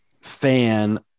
fan